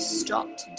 stopped